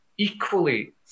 Equally